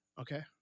Okay